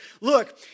Look